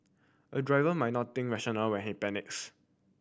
a driver might not think rational when he panics